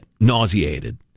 nauseated